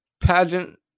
pageant